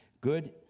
Good